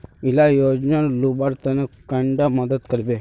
इला योजनार लुबार तने कैडा मदद करबे?